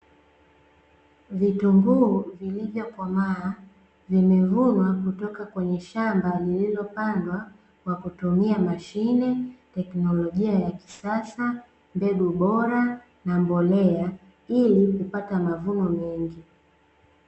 Vitunguu vilivyokomaa vimevunwa kutoka kwenye shamba lililopandwa kwa kutumia mashine, tekinolojia ya kisasa, mbegu bora na mbolea ili kupata mavuno mengi.